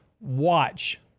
watch